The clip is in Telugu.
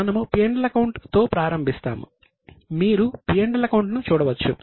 మనము P L అకౌంట్ తో ప్రారంభిస్తాము మీరు P L అకౌంట్ ను చూడవచ్చు